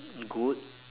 good